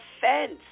Fence